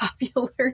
popular